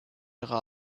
ihre